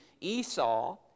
Esau